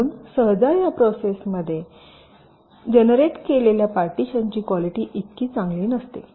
म्हणून सहसा या प्रोसेसमध्ये जनरेट केलेल्या पार्टीशनची क्वालिटी इतकी चांगली नसते